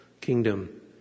kingdom